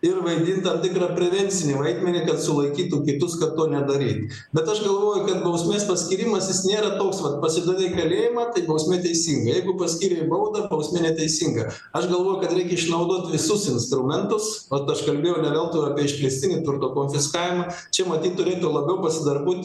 ir vaidinant tam tikrą prevencinį vaidmenį kad sulaikytų kitus kad to nedaryt bet aš galvoju kad bausmės paskyrimas jis nėra toks vat pasodinai į kalėjimą tai bausmė teisinga jeigu paskyrei baudą bausmė neteisinga aš galvoju kad reikia išnaudot visus instrumentus vat aš kalbėjau ne veltui apie išplėstinį turto konfiskavimą čia matyt turėtų labiau pasidarbuoti